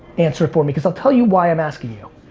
answer it for me. cause i'll tell you why i'm asking you.